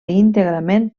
íntegrament